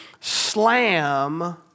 slam